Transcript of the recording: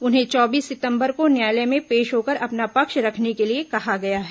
उन्हें चौबीस सितंबर को न्यायालय चार में पेश होकर अपना पक्ष रखने के लिए कहा गया है